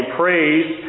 praise